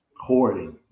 hoarding